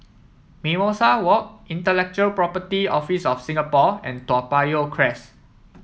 Mimosa Walk Intellectual Property Office of Singapore and Toa Payoh Crest